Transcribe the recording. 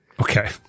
okay